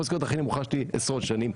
זו המשכורת הכי נמוכה שלי עשרות שנים.